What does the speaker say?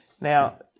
Now